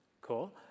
Cool